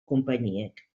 konpainiek